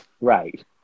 Right